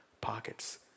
pockets